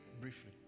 briefly